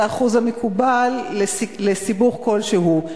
זה האחוז המקובל לסיבוך כלשהו,